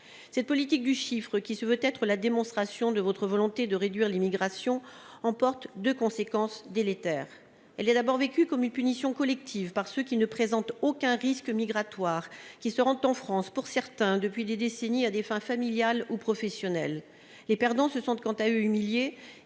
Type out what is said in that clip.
cette politique du chiffre qui se veut être la démonstration de votre volonté de réduire l'immigration emporte de conséquences délétères, elle est d'abord vécu comme une punition collective par ceux qui ne présente aucun risque migratoire qui se rend en France pour certains depuis des décennies, à des fins familiales ou professionnelles, les perdants se sont quand à humilié